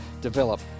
develop